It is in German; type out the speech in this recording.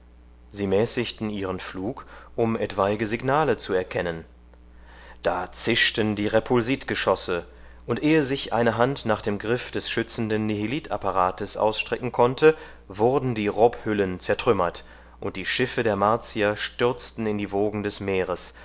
sie mäßigten ihren flug um etwaige signale zu erkennen da zischten die repulsitgeschosse und ehe sich eine hand nach dem griff des schützenden nihilitapparates ausstrecken konnte wurden die robhüllen zertrümmert und die schiffe der martier stürzten in die wogen des meeres